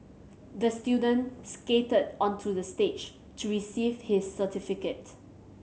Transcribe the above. the student skated onto the stage to receive his certificate